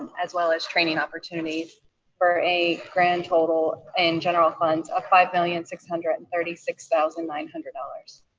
as well as training opportunities for a grand total in general funds of five million six hundred and thirty six thousand nine hundred dollars.